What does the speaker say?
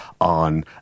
on